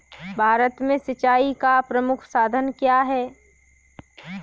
भारत में सिंचाई का प्रमुख साधन क्या है?